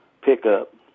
pickup